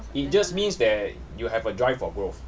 it just means that you have a drive for growth